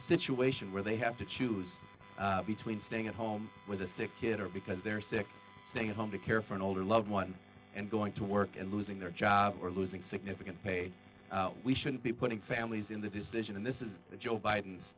situation where they have to choose between staying at home with a sick kid or because they're sick staying at home to care for an older loved one and going to work and losing their job or losing significant pay we shouldn't be putting families in the position and this is joe